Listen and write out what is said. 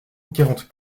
quarante